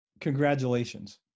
Congratulations